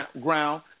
ground